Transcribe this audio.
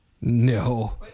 No